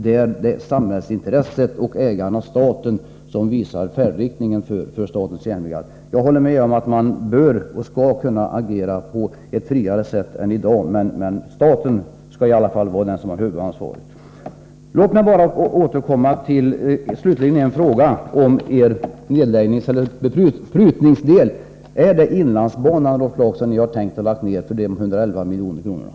Det är samhällsintresset och ägaren staten som visar färdriktningen för statens järnvägar. Jag håller med om att SJ bör — och skall — kunna agera på ett friare sätt än i dag, men staten skall ha huvudansvaret. Låt mig till sist bara ställa en fråga om moderaternas prutningsdel. Är det inlandsbanan, Rolf Clarkson, som ni har tänkt lägga ned för de 111 miljonerna?